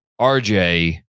RJ